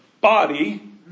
body